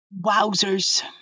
Wowzers